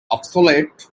obsolete